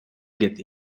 get